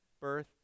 birth